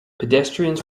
pedestrians